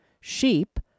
Sheep